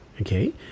Okay